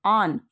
on